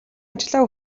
ажлаа